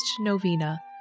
novena